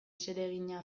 zeregina